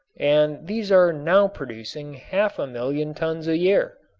and these are now producing half a million tons a year.